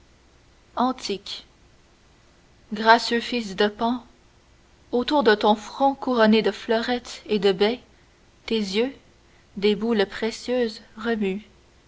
antique gracieux fils de pan autour de ton front couronné de fleurettes et de baies tes yeux des boules précieuses remuent